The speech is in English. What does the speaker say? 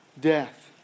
death